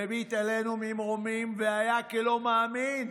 מביט עלינו ממרומים והיה כלא מאמין: